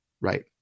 right